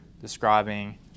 describing